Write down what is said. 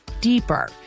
deeper